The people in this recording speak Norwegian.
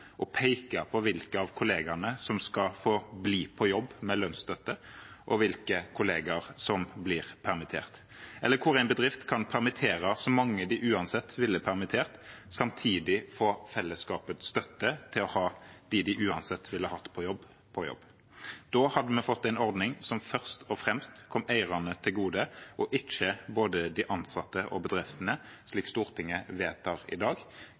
peke på hvilke kollegaer som skal få bli på jobb med lønnsstøtte, og hvilke kollegaer som blir permittert, eller der en bedrift kan permittere så mange de uansett ville permittert, og samtidig få fellesskapets støtte til å ha dem de uansett ville hatt på jobb, på jobb. Da hadde vi fått en ordning som først og fremst kom eierne til gode, og ikke både de ansatte og bedriftene, slik Stortinget vedtar i dag.